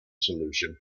solution